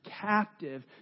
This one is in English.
captive